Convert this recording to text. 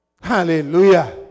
hallelujah